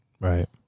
Right